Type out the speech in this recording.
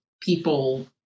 people